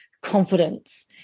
confidence